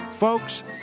Folks